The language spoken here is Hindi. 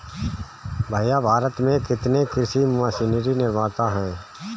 भैया भारत में कितने कृषि मशीनरी निर्माता है?